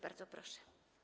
Bardzo proszę.